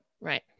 Right